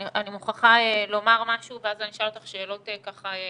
אני מוכרחה לומר משהו ואז אני אשאל אותך שאלות קונקרטיות.